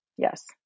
yes